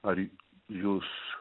ar jūs